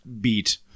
beat